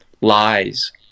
Lies